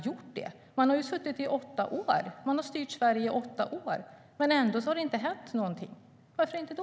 De satt i regeringsställning i åtta år. De styrde Sverige i åtta år. Ändå hände det inte någonting. Varför inte?